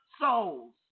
souls